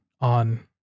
on